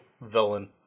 villain